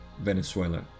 Venezuela